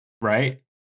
Right